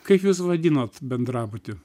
kaip jūs vadinot bendrabutį